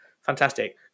fantastic